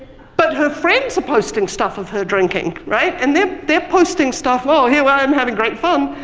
but her friends are posting stuff of her drinking, right, and they're they're posting stuff of here i am having great fun.